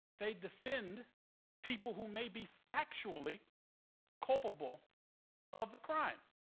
they defend people who may be factually culpable of the crime.